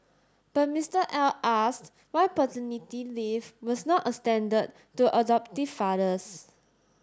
but Mister L asked why paternity leave was not extended to adoptive fathers